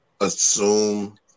assume